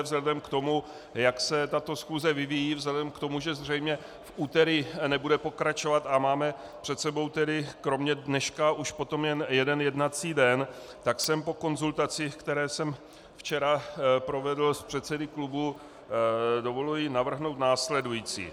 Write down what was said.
Vzhledem k tomu, jak se tato schůze vyvíjí, vzhledem k tomu, že zřejmě v úterý nebude pokračovat, a máme před sebou tedy kromě dneška už potom jen jeden jednací den, tak si po konzultaci, kterou jsem včera provedl s předsedy klubů, dovoluji navrhnout následující.